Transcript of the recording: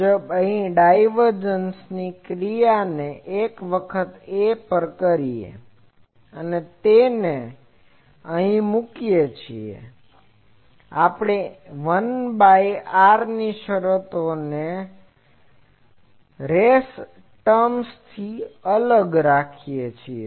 તેથી આપણે ડાયવર્જન્સ ની આ ક્રિયાને એક વખત A પર કરીએ છીએ અને તેને અહીં મૂકીએ છીએ અને આપણે 1 બાય r શરતો અને રેસ ટર્મ્સ થી અલગ કરીએ છીએ